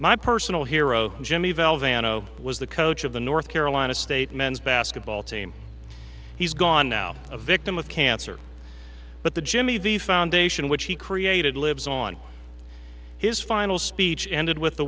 my personal hero jimmy velvet anno was the coach of the north carolina state men's basketball team he's gone now a victim of cancer but the jimmy the foundation which he created lives on his final speech ended with the